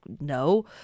no